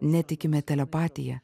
netikime telepatija